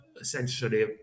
essentially